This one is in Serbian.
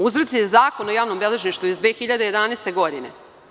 Uzroci Zakona o javnom beležništvu iz 2011. godine.